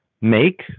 make